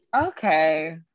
Okay